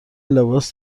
لباس